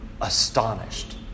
astonished